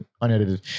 unedited